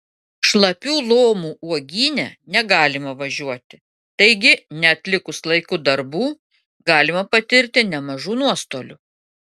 šlapių lomų uogyne negalima važiuoti taigi neatlikus laiku darbų galima patirti nemažų nuostolių